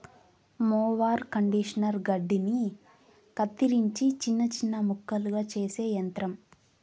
mower conditioner గడ్డిని కత్తిరించి చిన్న చిన్న ముక్కలుగా చేసే యంత్రం